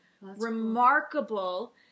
remarkable